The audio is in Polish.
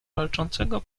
walczącego